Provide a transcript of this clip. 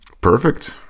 Perfect